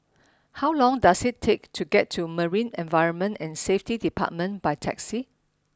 how long does it take to get to Marine Environment and Safety Department by taxi